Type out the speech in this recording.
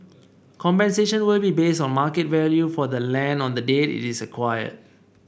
compensation will be based on market value for the land on the date it is acquired